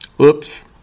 Oops